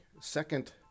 second